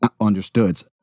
understood